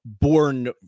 born